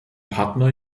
partner